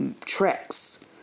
tracks